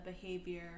behavior